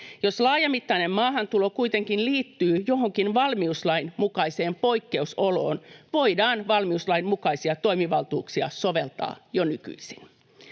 Jos laajamittainen maahantulo kuitenkin liittyy johonkin valmiuslain mukaiseen poikkeusoloon, voidaan valmiuslain mukaisia toimivaltuuksia soveltaa jo nykyisin.